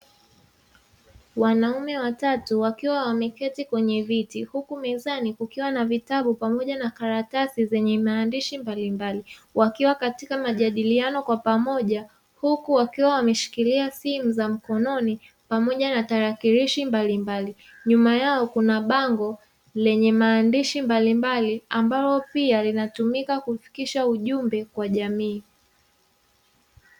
Wanaume watatu wakiwa wameketi kwenye viti huku mezani kukiwa na vitabu pamoja na karatasi zenye maandishi mbalimbali, wakiwa katika majadiliano kwa pamoja huku wakiwa wameshikilia simu za mkononi pamoja na tarakilishi mbalimbali. Nyuma yao kuna bango lenye maandishi mbalimbali, ambalo pia linatumika kufikisha ujumbe kwa jamii.